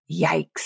Yikes